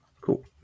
Cool